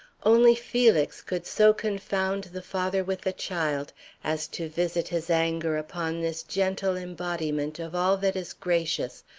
only felix could so confound the father with the child as to visit his anger upon this gentle embodiment of all that is gracious,